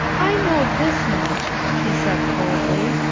i know this much, she said, coldly,